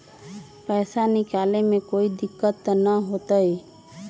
पैसा निकाले में कोई दिक्कत त न होतई?